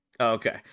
okay